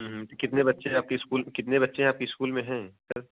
कितने बच्चे हैं आपके स्कूल कितने बच्चे आपके स्कूल में है सर